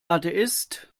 atheist